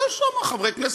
יש שם חברי כנסת.